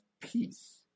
Peace